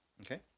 Okay